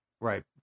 Right